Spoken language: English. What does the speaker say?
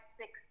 six